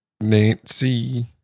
Nancy